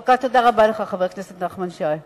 תודה רבה לך, חבר הכנסת נחמן שי,